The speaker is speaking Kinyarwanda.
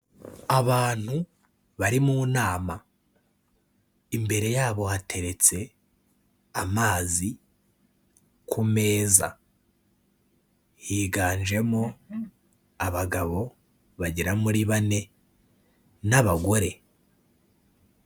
Abantu bari mu nama. Imbere yabo hateretse amazi ku meza. Higanjemo abagabo bagera muri bane n'abagore.